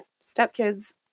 stepkids